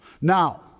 Now